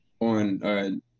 on